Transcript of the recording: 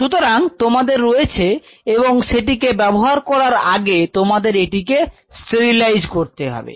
সুতরাং তোমাদের রয়েছে এবং সেটিকে ব্যবহার করার আগে তোমাদের এটিকে স্টেরিলাইজ করতে হবে